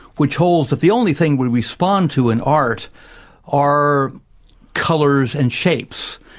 which holds that the only thing we respond to in art are colours and shapes.